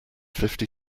fifty